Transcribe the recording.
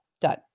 Done